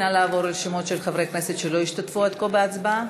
נא לעבור על השמות של חברי הכנסת שלא השתתפו עד כה בהצבעה.